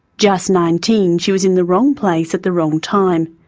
just nineteen, she was in the wrong place at the wrong time.